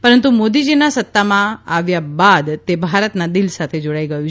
પરંતુ મોદીજીના સત્તામાં આપ્યા બાદ તે ભારતના દિલ સાથે જોડાઈ ગયું